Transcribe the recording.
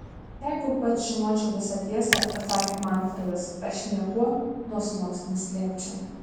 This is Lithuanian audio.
jeigu pats žinočiau visą tiesą atsakė manfredas aš nieko nuo sūnaus neslėpčiau